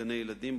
גני-ילדים,